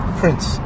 prince